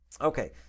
Okay